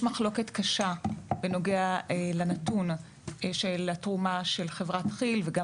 יש מחלוקת קשה בנוגע לנתון של התרומה של חברת כי"ל וגם